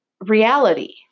reality